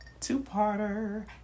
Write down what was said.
Two-parter